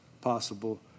possible